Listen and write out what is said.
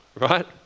right